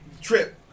trip